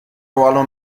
ruolo